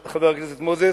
חבר הכנסת מוזס,